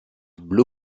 blu